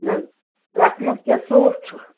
یتھ منٛز کیاہ سوٗٹ چھُ